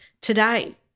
today